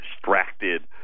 distracted